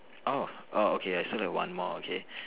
oh oh okay I still have one more okay